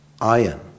iron